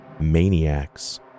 maniacs